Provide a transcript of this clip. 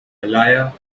malaya